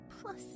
Plus